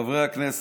חברי הכנסת,